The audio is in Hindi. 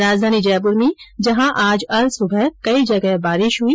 राजधानी जयपुर में जहां आज अल सुबह कई जगह बारिश हुई